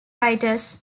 writers